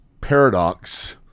paradox